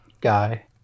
guy